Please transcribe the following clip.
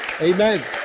amen